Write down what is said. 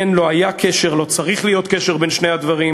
אין ולא היה קשר ולא צריך להיות קשר בין שני הדברים,